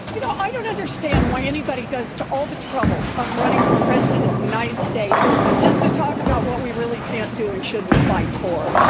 you know i don't understand why anybody goes to all the trouble of running for president of the united states just to talk about what we really can't doing shouldn't fight for